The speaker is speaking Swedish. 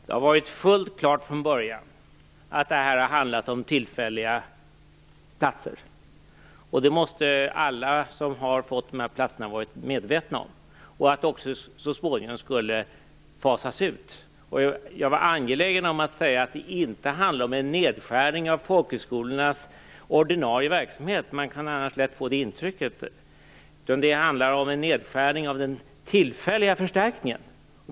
Herr talman! Det har varit fullt klart från början att detta har handlat om tillfälliga platser. Det måste alla som har fått dessa platser ha varit medvetna om. De måste också ha varit medvetna om att detta så småningom skulle fasas ut. Jag var angelägen om att säga att det inte handlar om någon nedskärning av folkhögskolornas ordinarie verksamhet. Man kan annars lätt få det intrycket. Det handlar om en nedskärning av den tillfälliga förstärkningen.